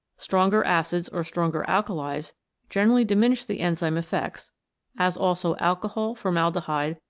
stronger acids or stronger alkalis generally diminish the enzyme effects as also alcohol, formaldehyde,